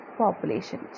population